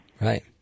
Right